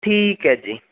ਠੀਕ ਹੈ ਜੀ